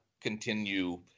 continue